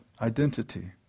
identity